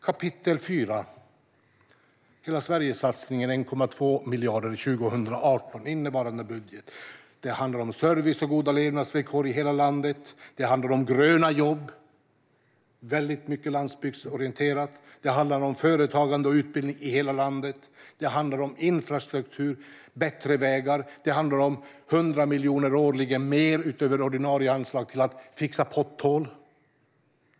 Kapitel 4 gäller satsningen Hela Sverige, 1,2 miljarder 2018, innevarande budget. Det handlar om service och goda levnadsvillkor i hela landet. Det handlar om gröna jobb, och det är väldigt landsbygdsorienterat. Det handlar om företagande och utbildning i hela landet. Det handlar om infrastruktur och bättre vägar. Det handlar om 100 miljoner mer årligen, utöver ordinarie anslag, till att fixa potthål.